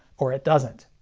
or it doesn't.